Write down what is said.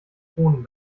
kronen